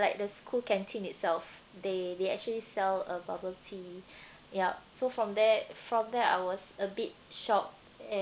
like the school canteen itself they they actually sell uh bubble tea yup so from there from there I was a bit shocked and